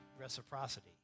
reciprocity